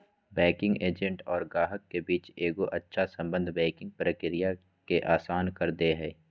banking agent और गाहक के बीच एगो अच्छा सम्बन्ध बैंकिंग प्रक्रिया के आसान कर दे हय